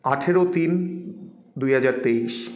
আঠারো তিন দুই হাজার তেইশ